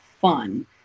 fun